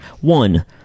One